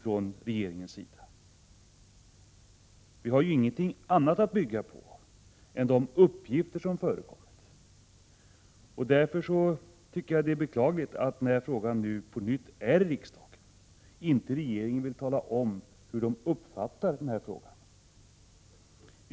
Vi har i kammaren ingenting annat att utgå från än de uppgifter som förekommer i massmedia. Därför tycker jag att det är beklagligt, när frågan nu på nytt är uppe i riksdagen, att regeringen inte vill tala om hur den uppfattar frågan.